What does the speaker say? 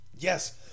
Yes